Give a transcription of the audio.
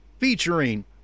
Featuring